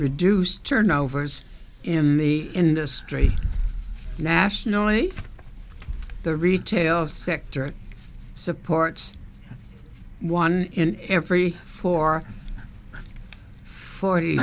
reduce turnovers in the industry nationally the retail sector supports one in every four forty